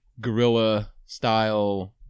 guerrilla-style